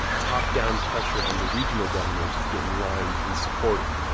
top-down pressure on the regional governors to get in line and support him.